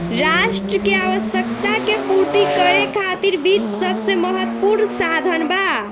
राष्ट्र के आवश्यकता के पूर्ति करे खातिर वित्त सबसे महत्वपूर्ण साधन बा